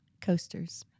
Coasters